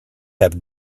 have